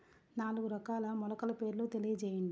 నాలుగు రకాల మొలకల పేర్లు తెలియజేయండి?